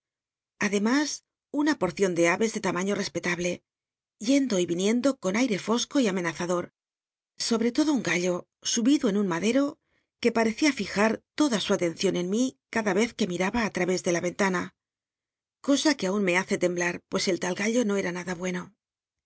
ademas una poreion de aves de t unaiío i'c i ctable rendo y viniendo con ai'c fo co y amenazador sobre todo un gallo subido en un madero que parecía fija loda su at cncion en mi cada vez e mimba i lavés ele la yentana cosa e ue aun me hace tcmbla pues el tal gallo no c a